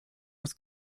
was